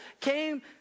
came